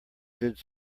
good